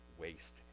waste